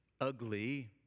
ugly